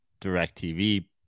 DirecTV